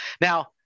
Now